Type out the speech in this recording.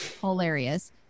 hilarious